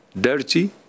dirty